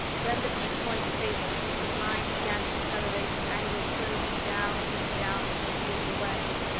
then the peak-point faded, his mind began to decelerate and angle slowly down and down into the field of awareness,